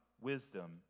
wisdom